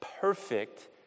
perfect